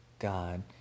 God